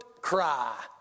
cry